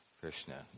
Krishna